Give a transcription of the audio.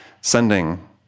sending